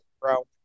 bro